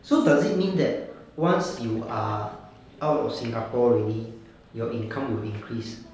so does it mean that once you are out of singapore already your income will increase